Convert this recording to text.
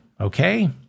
okay